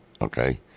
okay